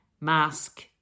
mask